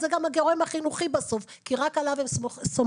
זה גם הגורם החינוכי בסוף כי רק עליו הם סומכים.